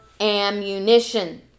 ammunition